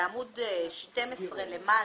בעמוד 12 למעלה,